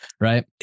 Right